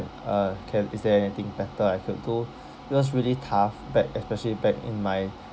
uh can is there anything better I could do it was really tough back especially back in my